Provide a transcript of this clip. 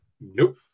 Nope